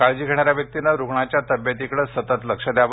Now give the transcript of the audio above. काळजी घेणाऱ्या व्यक्तीने रुग्णाच्या तब्येतीकडे सतत लक्ष द्यावे